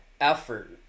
effort